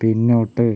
പിന്നോട്ട്